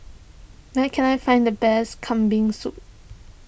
where can I find the best Kambing Soup